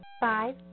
Five